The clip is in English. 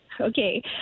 Okay